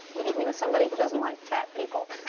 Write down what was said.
which means somebody who doesn't like fat people.